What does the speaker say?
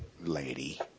lady